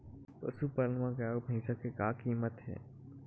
पशुपालन मा गाय अउ भंइसा के का कीमत हे?